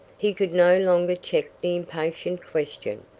he could no longer check the impatient question,